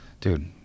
dude